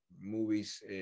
movies